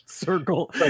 Circle